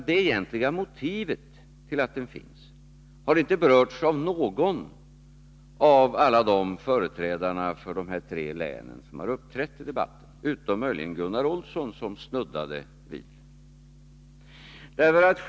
Det egentliga motivet till att den finns har inte berörts av någon av de företrädare för de tre berörda länen som uppträtt i debatten, utom möjligen av Gunnar Olsson som snuddade vid frågan.